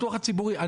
לביטוח הציבורי.